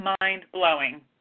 mind-blowing